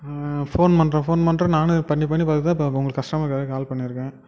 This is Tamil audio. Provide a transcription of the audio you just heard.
ஃபோன் பண்ணுறேன் ஃபோன் பண்ணுறேன் நானும் பண்ணி பண்ணி பார்த்துட்டு தான் இப்போ உங்களுக்கு கஸ்டமர் கேருக்கு கால் பண்ணியிருக்கேன்